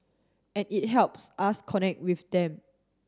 and it helps us connect with them